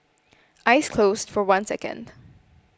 eyes closed for one second